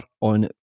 on